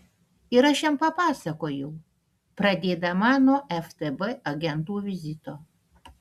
ir aš jam papasakojau pradėdama nuo ftb agentų vizito